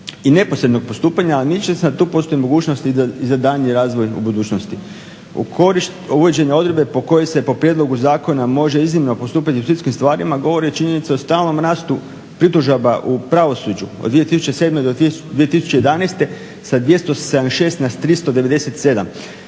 i neposrednog postupanja, …/Govornik se ne razumije./… a tu postoji mogućnost i za daljnji razvoj u budućnosti. U korist uvođenja odredbe po kojoj se po prijedlogu zakona može iznimno postupiti …/Govornik se ne razumije./… stvarima govori činjenica o stalnom rastu pritužaba u pravosuđu. Od 2007. do 2011. sa 276 na 397,